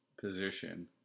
position